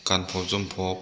गानफ'ब जोमफ'ब